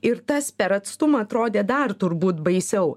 ir tas per atstumą atrodė dar turbūt baisiau